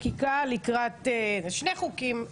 חקיקה לקראת שני חוקים,